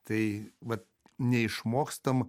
tai vat neišmokstam